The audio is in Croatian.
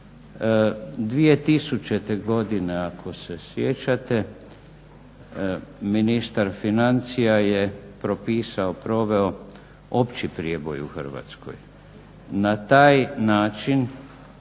2000. godine ako se sjećate ministar financija je propisao, proveo opći prijeboj u Hrvatskoj. Na taj način